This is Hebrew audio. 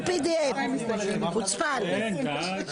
בניגוד לעילת